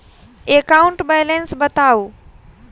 account balance बताउ